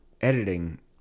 editing